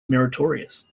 meritorious